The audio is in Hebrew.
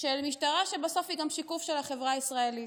של משטרה, שבסוף היא גם שיקוף של החברה הישראלית?